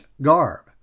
garb